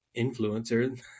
influencer